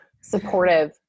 supportive